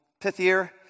pithier